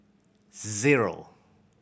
zero